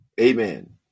amen